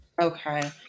Okay